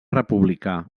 republicà